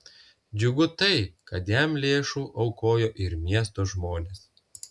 džiugu tai kad jam lėšų aukojo ir miesto žmonės